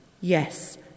yes